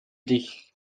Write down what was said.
dich